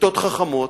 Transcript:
וכיתות חכמות,